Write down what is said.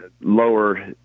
lower